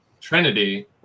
Trinity